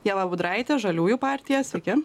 ieva budraitė žaliųjų partija sveiki